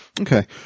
Okay